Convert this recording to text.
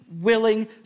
willing